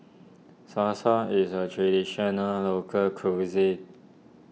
Salsa is a Traditional Local Cuisine